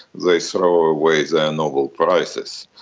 they throw away their nobel prizes.